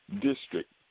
district